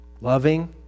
loving